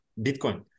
Bitcoin